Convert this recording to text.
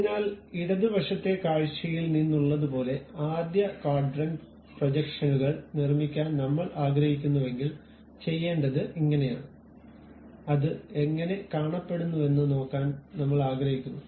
അതിനാൽ ഇടത് വശത്തെ കാഴ്ചയിൽ നിന്നുള്ളതുപോലുള്ള ആദ്യ ക്വാഡ്രന്റ് പ്രൊജക്ഷനുകൾ നിർമ്മിക്കാൻ നമ്മൾ ആഗ്രഹിക്കുന്നുവെങ്കിൽ ചെയ്യേണ്ടത് ഇങ്ങനെയാണ് അത് എങ്ങനെ കാണപ്പെടുന്നുവെന്ന് നോക്കാൻ നമ്മൾ ആഗ്രഹിക്കുന്നു